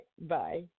bye